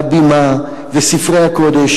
הבימה וספרי הקודש.